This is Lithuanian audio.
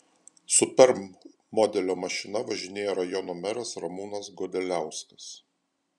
superb modelio mašina važinėja rajono meras ramūnas godeliauskas